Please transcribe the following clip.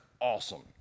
awesome